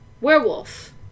Werewolf